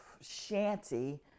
shanty